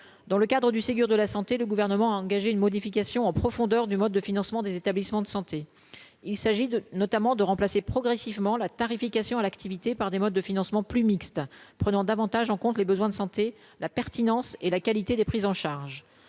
dans le cadre du Ségur de la santé, le gouvernement a engagé une modification en profondeur du mode de financement des établissements de santé, il s'agit de notamment de remplacer progressivement la tarification à l'activité par des modes de financement plus mixte prenant davantage en compte les besoins de santé, la pertinence et la qualité des prises en charge